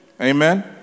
Amen